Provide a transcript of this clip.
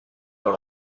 dans